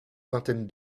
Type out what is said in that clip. vingtaine